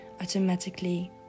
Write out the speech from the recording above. automatically